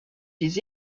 des